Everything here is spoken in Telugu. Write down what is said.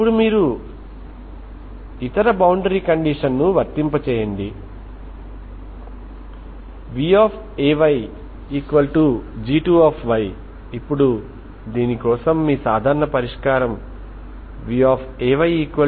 ఇప్పుడు మీరు ఇతర బౌండరీ కండిషన్ ని వర్తింపజేయండి vayg2 ఇప్పుడు దీని కోసం మీ సాధారణ పరిష్కారం vayn12Ansinh nπba